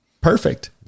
perfect